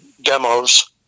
demos